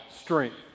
strength